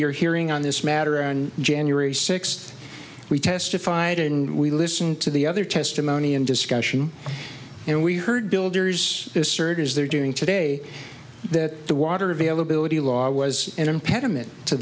your hearing on this matter on january sixth we testified and we listened to the other testimony and discussion and we heard builders surge as they're doing today that the water availability law was an impediment to